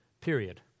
Period